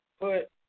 put